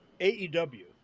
AEW